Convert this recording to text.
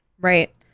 Right